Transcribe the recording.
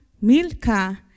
Milka